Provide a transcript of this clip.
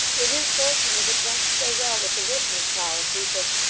it is fortunate it jumps so well with the witness policy for,